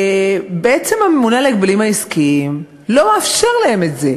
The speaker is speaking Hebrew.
בעצם הממונה על ההגבלים העסקיים לא מאפשר להם את זה.